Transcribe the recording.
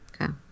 Okay